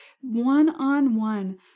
one-on-one